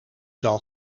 zal